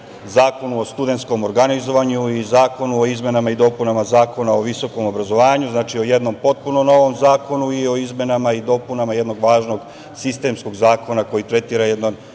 zakonu o studentskom organizovanju i zakonu o izmenama i dopunama Zakona o visokom obrazovanju, znači, o jednom potpuno novom zakonu i o izmenama i dopunama jednog važnog sistemskog zakona koji tretira jedan